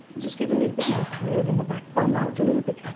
just get a little bit more curve in the back bone out a little bit.